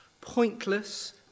pointless